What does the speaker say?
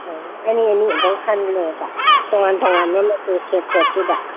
ꯑꯅꯤ ꯑꯅꯤ ꯑꯗꯨꯝ ꯈꯜꯂꯣꯕ ꯇꯣꯉꯥꯟ ꯇꯣꯉꯥꯟꯕ ꯃꯆꯨ ꯁꯦꯠ ꯁꯦꯠꯇꯨꯗ